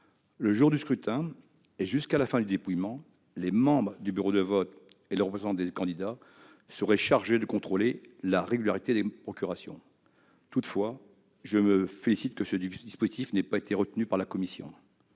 Le jour du scrutin, et jusqu'à la fin du dépouillement, les membres du bureau de vote et les représentants des candidats seraient chargés de contrôler la régularité des procurations. Je me félicite de ce que ce dispositif n'ait pas été conservé par la commission,